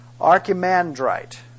Archimandrite